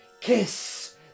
kiss